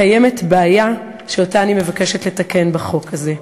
קיימת בעיה שאני מבקשת לתקן בחוק הזה.